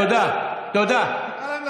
חברי היקר